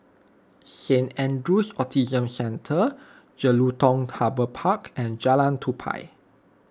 Saint andrew's Autism Centre Jelutung Harbour Park and Jalan Tupai